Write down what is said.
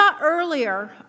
earlier